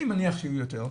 אני מניח שיהיו יותר,